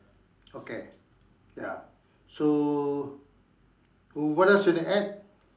okay ya so what else you want to add